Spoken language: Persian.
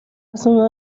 خوب